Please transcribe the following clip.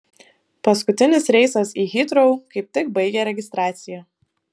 paskutinis reisas į hitrou kaip tik baigė registraciją